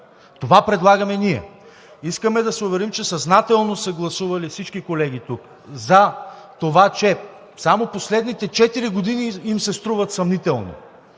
Това предлагаме ние! Искаме да се уверим, че съзнателно са гласували всички колеги тук за това, че само последните четири години им се струват съмнителни.